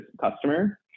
customer